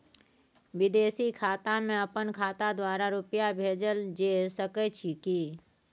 विदेशी खाता में अपन खाता द्वारा रुपिया भेजल जे सके छै की?